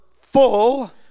full